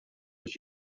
was